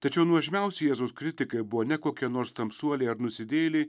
tačiau nuožmiausi jėzus kritikai buvo ne kokie nors tamsuoliai ar nusidėjėliai